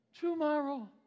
tomorrow